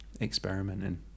experimenting